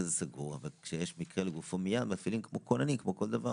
יש לנו בסביבות 800-700 מטופלים בשנה בכל המרכזים.